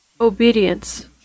obedience